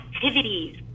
activities